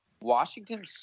Washington